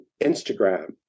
Instagram